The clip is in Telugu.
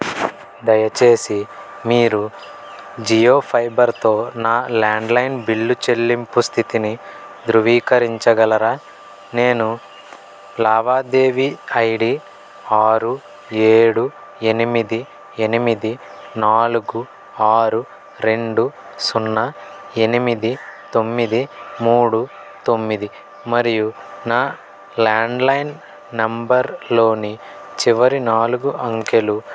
దయచేసి మీరు జియో ఫైబర్తో నా ల్యాండ్లైన్ బిల్లు చెల్లింపు స్థితిని ధృవీకరించగలరా నేను లావాదేవీ ఐడి ఆరు ఏడు ఎనిమిది ఎనిమిది నాలుగు ఆరు రెండు సున్నా ఎనిమిది తొమ్మిది మూడు తొమ్మిది మరియు నా ల్యాండ్లైన్ నంబర్లోని చివరి నాలుగు అంకెలు